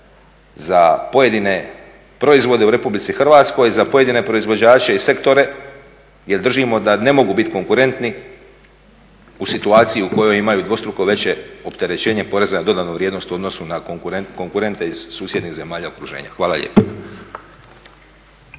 za pojedine proizvode u RH, za pojedine proizvođače i sektore jer držimo da ne mogu biti konkurentni u situaciji u kojoj imaju dvostruko veće opterećenje poreza na dodatnu vrijednost u odnosu na konkurente iz susjednih zemalja i okruženja. Hvala lijepa.